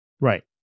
right